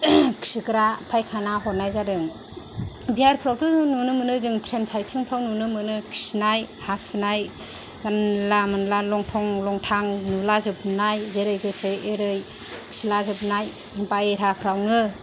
खिग्रा फायखाना हरनाय जादों बिहारफ्रावथ' जों नुनो मोनो थ्रेन साइटिं फ्राव नुनो मोनो खिनाय हासुनाय जानला मोनला लंथं लंथां नुला जोबनाय जेरै गोसो एरै खिलाजोबनाय बायह्राफ्रावनो